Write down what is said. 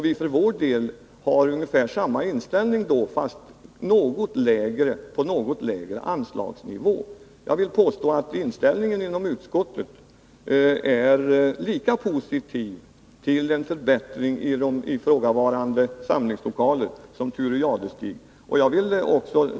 Vi för vår del har ungefär samma inställning men höll oss på något lägre anslagsnivå. Jag vill påstå att vi inom utskottet är lika positivt inställda till en förbättring av de ifrågavarande samlingslokalerna som Thure Jadestig är.